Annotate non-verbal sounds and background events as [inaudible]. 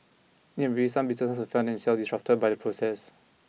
[unintelligible] some businesses will find themselves disrupted by the process